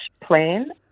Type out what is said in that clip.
plan